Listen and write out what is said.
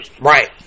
Right